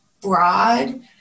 broad